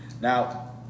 Now